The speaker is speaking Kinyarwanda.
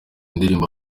ndirimbo